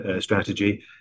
strategy